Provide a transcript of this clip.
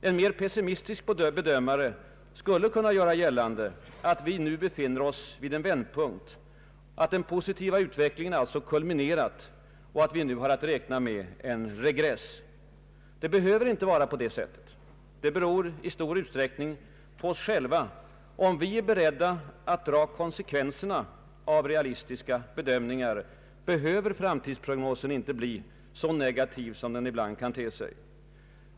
En mer pessimistisk bedömare skulle kunna göra gällande att vi nu befinner oss vid en vändpunkt, att den positiva utvecklingen alltså har kulminerat och att vi nu har att räkna med en regress. Det behöver inte vara på det sättet. Det beror i stor utsträckning på oss själva. Om vi är beredda att dra konsekvenserna av realistiska bedömningar, behöver framtidsprognosen inte bli så negativ som den ibland kan te sig.